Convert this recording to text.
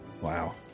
Wow